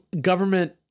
government